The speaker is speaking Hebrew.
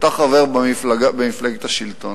אתה חבר במפלגת השלטון.